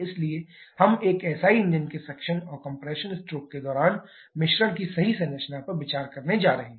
इसलिए हम एक SI इंजन के सक्शन और कम्प्रेशन स्ट्रोक के दौरान मिश्रण की सही संरचना पर विचार करने जा रहे हैं